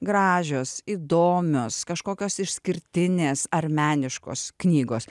gražios įdomios kažkokios išskirtinės ar meniškos knygos